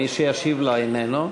מי שישיב לה איננו,